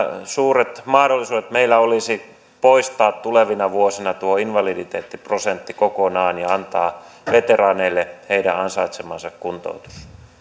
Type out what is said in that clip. suuret mahdollisuudet meillä olisi poistaa tulevina vuosina tuo invaliditeettiprosentti kokonaan ja antaa veteraaneille heidän ansaitsemansa kuntoutus